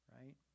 right